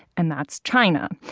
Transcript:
and that's china.